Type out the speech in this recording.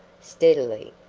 steadily,